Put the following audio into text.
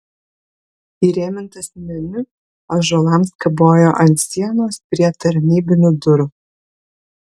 įrėmintas meniu ąžuolams kabojo ant sienos prie tarnybinių durų